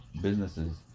businesses